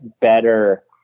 better